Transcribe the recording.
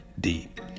Deep